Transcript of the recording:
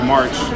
March